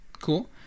cool